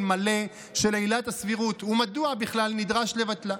מלא של 'עילת הסבירות' ומדוע בכלל נדרש לבטלה.